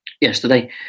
yesterday